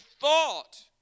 thought